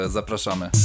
zapraszamy